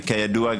כידוע,